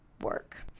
work